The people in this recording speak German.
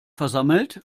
versammelt